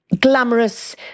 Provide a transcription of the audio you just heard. Glamorous